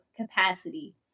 capacity